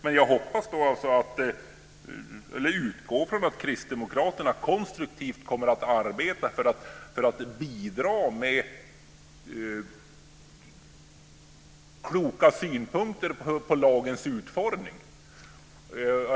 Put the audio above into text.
Men jag hoppas, eller utgår från, att Kristdemokraterna konstruktivt kommer att arbeta för att bidra med kloka synpunkter på lagens utformning.